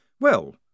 Well